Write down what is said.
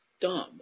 dumb